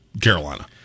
Carolina